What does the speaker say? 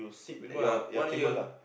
Ridhwan what don't you